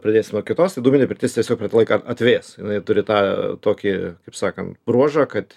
pradėsim nuo kitos tai dūminė pirtis tiesiog per tą laiką atvės jinai turi tą tokį kaip sakan ruožą kad